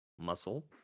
muscle